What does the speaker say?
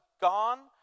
gone